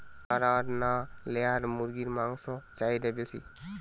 Broiler না layer মুরগির মাংসর চাহিদা বেশি?